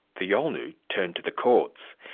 the yolngu turned to the courts.